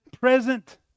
present